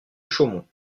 chaumont